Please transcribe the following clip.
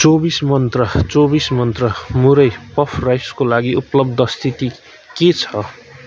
चौबिस मन्त्रा चौबिस मन्त्रा मुरै पफ राइसको लागि उपलब्ध स्थिति के छ